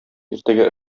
иртәгә